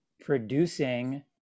producing